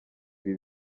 ibi